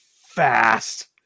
fast